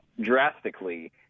drastically